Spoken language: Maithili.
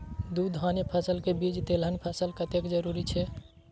दू धान्य फसल के बीच तेलहन फसल कतेक जरूरी छे?